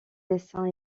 dessins